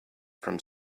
from